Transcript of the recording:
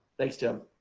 thanks tim.